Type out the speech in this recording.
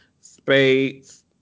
Spades